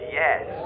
yes